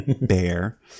bear